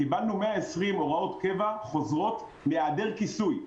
קיבלנו 120 הוראות קבע חוזרות מהיעדר כיסוי,